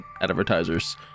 advertisers